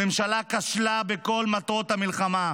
הממשלה כשלה בכל מטרות המלחמה,